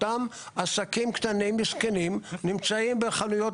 אותם עסקים קטנים מסכנים נמצאים בחנויות